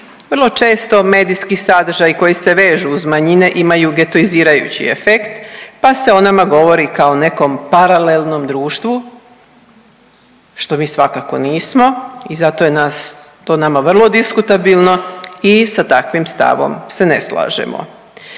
Vrlo često medijski sadržaji koji se vežu uz manjine imaju getoizirajući efekt pa se o nama govori kao nekom paralelnom društvu što mi svakako nismo i zato je nas, to nama vrlo diskutabilno i sa takvim stavom se ne slažemo.